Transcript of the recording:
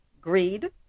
greed